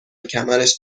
کمرش